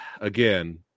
Again